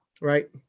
Right